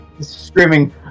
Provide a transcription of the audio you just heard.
screaming